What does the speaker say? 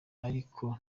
ariko